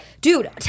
Dude